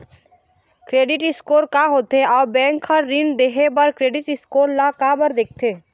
Credit score का होथे अउ बैंक हर ऋण देहे बार क्रेडिट स्कोर ला काबर देखते?